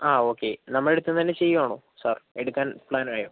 ആ ഓക്കെ നമ്മുടെ അടുത്തുനിന്ന് തന്നെ ചെയ്യുവാണോ സാർ എടുക്കാൻ പ്ലാൻ ആയോ